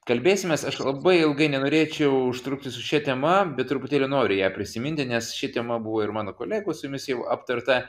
kalbėsimės aš labai ilgai nenorėčiau užtrukti su šia tema bet truputėlį noriu ją prisiminti nes ši tema buvo ir mano kolegos su jumis jau aptarta